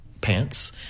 pants